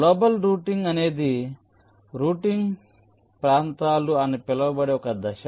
global routing అనేది routing ప్రాంతాలు అని పిలువబడే ఒక దశ